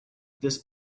this